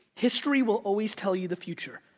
history will always tell you the future.